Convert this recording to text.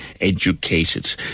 Educated